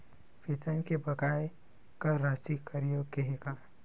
वेतन के बकाया कर राशि कर योग्य हे का?